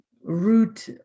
root